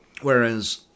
Whereas